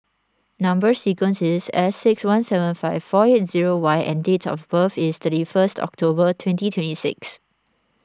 Number Sequence is S six one seven five four eight zero Y and date of birth is thirty first October twenty twenty six